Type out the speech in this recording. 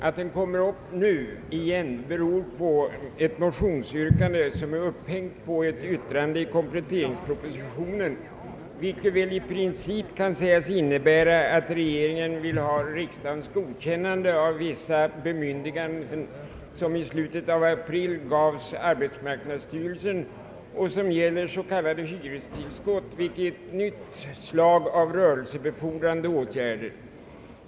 Att frågan kommer upp nu igen beror på ett motionsyrkande som är upphängt på ett yttrande i kompletteringspropositionen, vilket i princip kan sägas innebära att regeringen vill ha riksdagens godkännande av vissa bemyndiganden som gavs arbetsmarknadsstyrelsen i slutet av april och gäller s.k. hyrestillskott, som är ett nytt slag av rörelsebefordrande åtgärder.